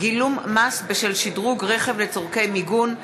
גילום מס בשל שדרוג רכב לצורכי מיגון,